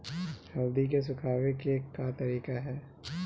हल्दी के सुखावे के का तरीका ह?